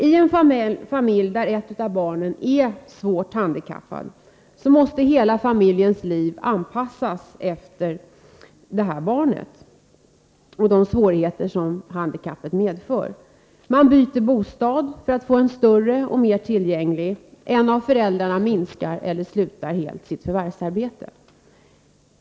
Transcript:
I en familj där ett av barnen är svårt handikappat måste hela familjens liv anpassas efter barnet och de svårigheter som handikappet medför. Man byter bostad för att få en större och mer tillgänglig sådan, en av föräldrarna minskar eller slutar helt sitt förvärvsarbete.